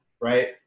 right